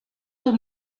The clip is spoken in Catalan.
del